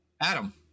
Adam